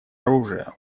оружия